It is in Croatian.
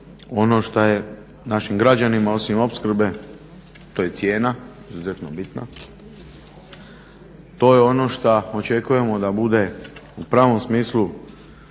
ono što je našim građanima osim opskrbe, to je cijena izuzetno bitna, to je ono šta očekujemo da bude u pravom smislu